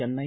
Chennai